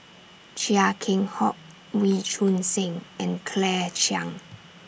Chia Keng Hock Wee Choon Seng and Claire Chiang